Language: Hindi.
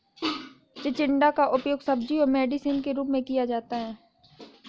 चिचिण्डा का उपयोग सब्जी और मेडिसिन के रूप में किया जाता है